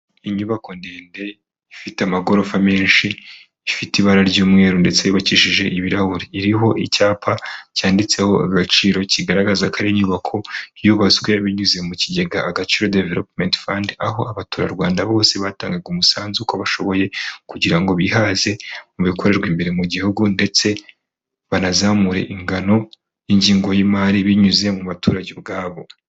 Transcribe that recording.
Inyubako ndende, ifite amagorofa menshi, ifite ibara ry'umweru, ndetse yubakishije ibirahuri. Iriho icyapa cyanditseho "Agaciro" kigaragaza ka ari inyubako yubatswe binyuze mu kigega Agaciro Development Fund, aho Abaturarwanda bose batanga umusanzu uko bashoboye kugira ngo bihaze mu bikorerwa imbere mu gihugu ndetse banazamure ingano y'ingengo y'imari binyuze mu baturage ubwabo.